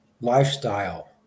lifestyle